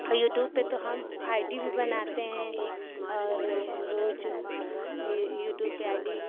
और यूट्यूब पर तो हम आइ डी भी बनाते हैं और रोज यह यूट्यूब पर आइ डी